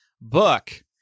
book